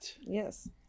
Yes